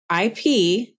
IP